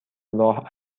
راه